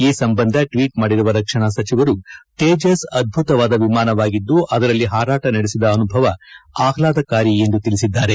ಈ ಸಂಬಂಧ ಟ್ವೀಟ್ ಮಾಡಿರುವ ರಕ್ಷಣಾ ಸಚಿವರು ತೇಜಸ್ ಅದ್ಭುತವಾದ ವಿಮಾನವಾಗಿದ್ದು ಅದರಲ್ಲಿ ಹಾರಾಟ ನಡೆಸಿದ ಅನುಭವ ಆಹ್ಲಾದಕಾರಿ ಎಂದು ತಿಳಿಸಿದ್ದಾರೆ